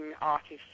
artists